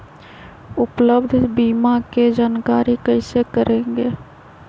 उपलब्ध बीमा के जानकारी कैसे करेगे?